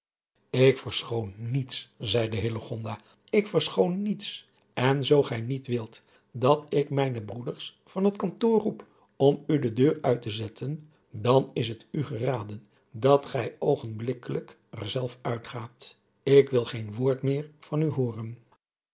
loosjes pzn het leven van hillegonda buisman gij niet wilt dat ik mijne broeders van het kantoor roep om u de deur uit te zetten dan is het u geraden dat gij oogenblikkelijk er zelf uitgaat ik wil geen woord meer van u hooren